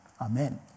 Amen